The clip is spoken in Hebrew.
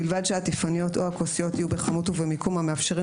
ובלבד שהטיפוניות או הכוסיות יהיו בכמות ובמיקום המאפשרים